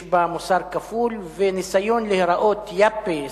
יש בה מוסר כפול וניסיון להיראות יאפי שמאלני,